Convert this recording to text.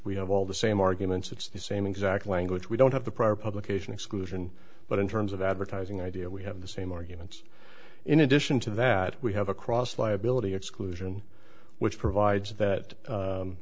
we have all the same arguments it's the same exact language we don't have the prior publication exclusion but in terms of advertising idea we have the same arguments in addition to that we have across liability exclusion which provides that